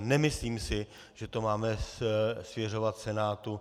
Nemyslím si, že to máme svěřovat Senátu.